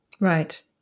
right